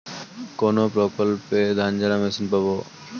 কোনপ্রকল্পে ধানঝাড়া মেশিন পাব?